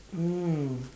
mm